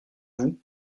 vous